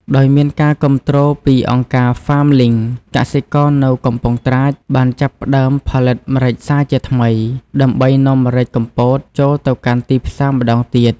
ដោយមានការគាំទ្រពីអង្គការហ្វាមលីង កសិករនៅកំពង់ត្រាច បានចាប់ផ្តើមផលិតម្រេចសាជាថ្មី ដើម្បីនាំម្រេចកំពតចូលទៅកាន់ទីផ្សារម្តងទៀត។